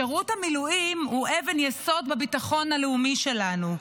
שירות המילואים הוא אבן יסוד בביטחון הלאומי שלנו.